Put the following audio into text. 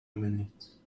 minutes